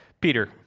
Peter